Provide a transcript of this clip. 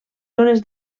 zones